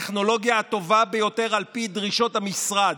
הטכנולוגיה הטובה ביותר על פי דרישות המשרד,